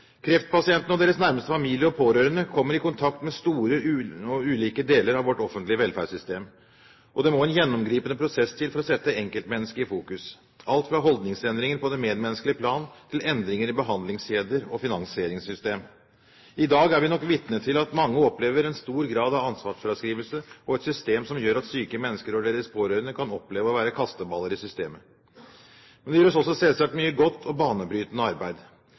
Kreftpasientene og deres nærmeste familie og pårørende kommer i kontakt med store og ulike deler av vårt offentlige velferdssystem. Det må en gjennomgripende prosess til for å sette enkeltmennesket i fokus – alt fra holdningsendringer på det medmenneskelige plan til endringer i behandlingskjeder og finansieringssystem. I dag er vi nok vitne til at mange opplever en stor grad av ansvarsfraskrivelse og et system som gjør at syke mennesker og deres pårørende kan oppleve å være kasteballer i systemet. Men det gjøres selvsagt også mye godt og banebrytende arbeid.